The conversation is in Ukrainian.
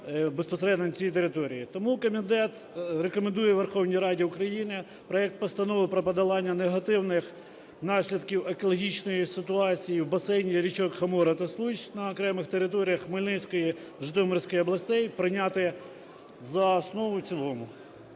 безпосередньо на цій території. Тому комітет рекомендує Верховній Раді України проект Постанови про подолання негативних наслідків екологічної ситуації в басейні річок Хомора та Случ на окремих територіях Хмельницької, Житомирської областей прийняти за основу і в цілому.